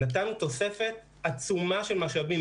נתנו תוספת עצומה של משאבים,